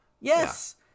Yes